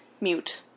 mute